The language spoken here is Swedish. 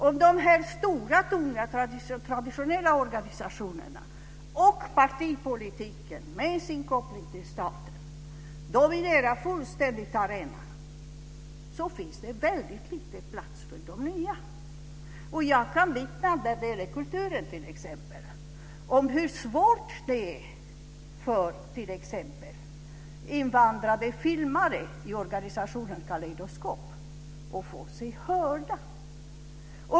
Om de här stora, tunga traditionella organisationerna, och partipolitiken med sin koppling till staten, fullständigt dominerar arenan finns det väldigt lite plats för de nya. Jag kan när det gäller kulturen vittna om hur svårt det är för t.ex. invandrade filmare i organisationen Kalejdoskop att bli hörda.